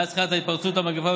מאז תחילת התפרצות המגפה,